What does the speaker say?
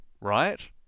right